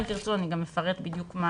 אם תרצו, אני גם אפרט בדיוק מה